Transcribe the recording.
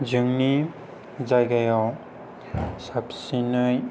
जोंनि जायगायाव साबसिनै